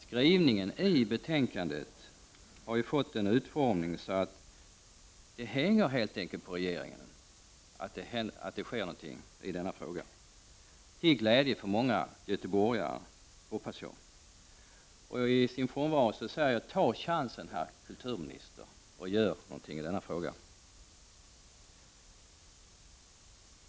Skrivningen i betänkandet har fått en sådan utformning att det helt enkelt hänger på regeringen att något sker i denna fråga till glädje för många göteborgare hoppas jag. I kulturministern frånvaro vill jag ge honom en uppmaning. Ta chansen, herr kulturminister, och gör något i denna frågan.